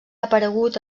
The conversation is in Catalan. aparegut